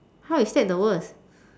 how is that the worst